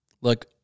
Look